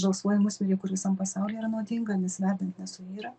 žalsvoji musmirė kur visam pasaulyje yra naudinga nes verdant nesuyra